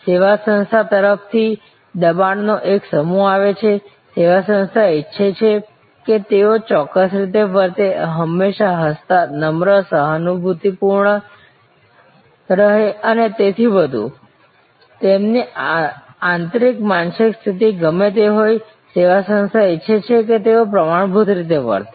સેવા સંસ્થા તરફથી દબાણનો એક સમૂહ આવે છે સેવા સંસ્થા ઇચ્છે છે કે તેઓ ચોક્કસ રીતે વર્તે હંમેશા હસતાં નમ્ર સહાનુભૂતિપૂર્ણ અને તેથી વધુ તેમની આંતરિક માનસિક સ્થિતિ ગમે તે હોય સેવા સંસ્થા ઇચ્છે છે કે તેઓ પ્રમાણભૂત રીતે વર્તે